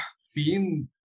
seen